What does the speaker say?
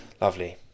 lovely